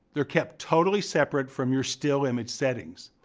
they're kept totally separate from your still-image settings.